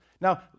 now